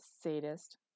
Sadist